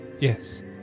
Yes